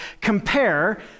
compare